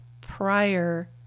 prior